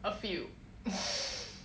a few